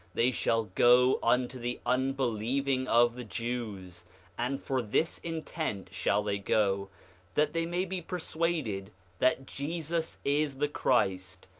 they shall go unto the unbelieving of the jews and for this intent shall they go that they may be persuaded that jesus is the christ,